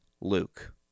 Luke